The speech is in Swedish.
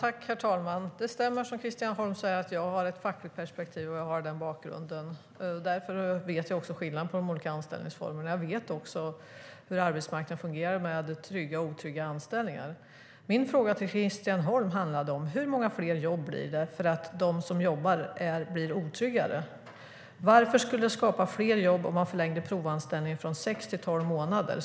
Herr talman! Det stämmer som Christian Holm säger att jag har ett fackligt perspektiv. Jag har den bakgrunden. Därför vet jag också skillnad på de olika anställningsformerna, och jag vet hur arbetsmarknaden fungerar med trygga och otrygga anställningar. Min fråga till Christian Holm gällde hur många fler jobb det blir på grund av att de som jobbar blir otryggare. Varför skulle det skapa fler jobb om man förlängde provanställningen från sex till tolv månader?